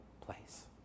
place